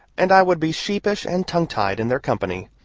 and i would be sheepish and tongue-tied in their company,